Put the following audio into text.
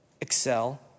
excel